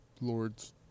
lords